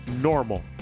Normal